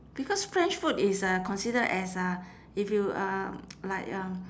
because french food is uh considered as uh if you uh like um